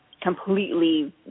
completely